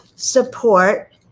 support